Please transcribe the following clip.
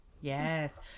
yes